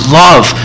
love